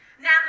Now